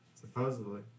Supposedly